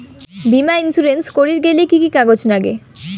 বীমা ইন্সুরেন্স করির গেইলে কি কি কাগজ নাগে?